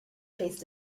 tastes